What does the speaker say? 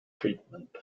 treatment